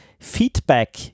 feedback